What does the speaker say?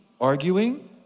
arguing